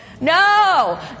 No